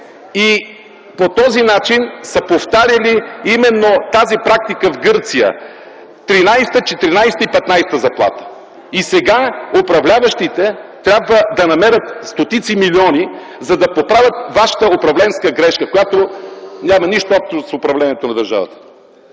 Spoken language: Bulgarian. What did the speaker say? и по този начин са повтаряли именно практиката в Гърция – 13-а, 14-а и 15-а заплата. И сега управляващите трябва да намерят стотици милиони, за да поправят вашата управленска грешка, която няма нищо общо с управлението на държавата.